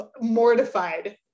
mortified